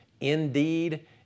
indeed